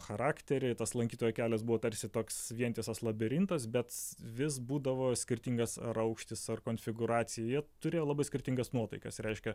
charakterį tas lankytojo kelias buvo tarsi toks vientisas labirintas bet vis būdavo skirtingas ar aukštis ar konfigūracija jie turėjo labai skirtingas nuotaikas reiškia